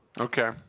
okay